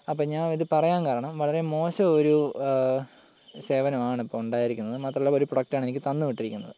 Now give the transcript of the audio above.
അപ്പം ഞാനിത് പറയാൻ കാരണം വളരെ മോശം ഒരു സേവനമാണ് ഇപ്പം ഉണ്ടായിരിക്കുന്നത് മാത്രമല്ല ഒരു പ്രൊഡക്റ്റാണ് എനിക്ക് തന്ന് വിട്ടിരിക്കുന്നത്